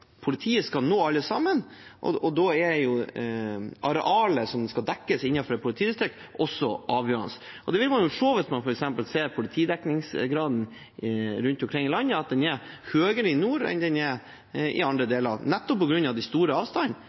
politiet skal nå alle sammen, og da er arealet som skal dekkes innenfor et politidistrikt, avgjørende. Politidekningsgraden rundt omkring i landet er f.eks. høyere i nord enn den er i andre deler av landet nettopp på grunn av de store avstandene.